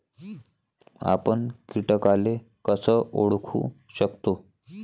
आपन कीटकाले कस ओळखू शकतो?